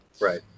right